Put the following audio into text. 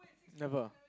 never